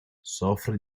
soffre